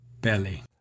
Belly